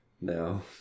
No